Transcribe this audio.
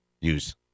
use